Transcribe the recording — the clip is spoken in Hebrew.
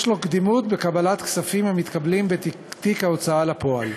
יש לו קדימות בקבלת כספים המתקבלים בתיק ההוצאה לפועל.